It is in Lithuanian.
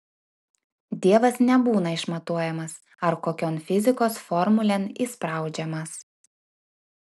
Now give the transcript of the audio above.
dievas nebūna išmatuojamas ar kokion fizikos formulėn įspraudžiamas